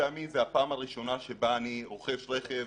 חד-פעמי זה הפעם הראשונה שבה אני רוכש רכב,